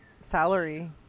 salary